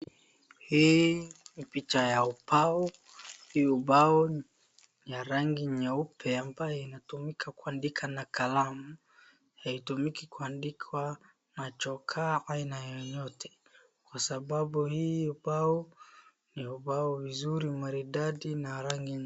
Hii ni picha ya ubao, hii ubao ni ya rangi nyeupe, ambaye inatumika kuandika na kalamu, haitumiki kuandikwa na chokaa aina yoyote kwa sababu hii ubao ni ubao mzuri maridadi na rangi nyeupe.